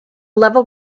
level